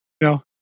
No